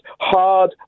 hard